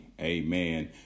amen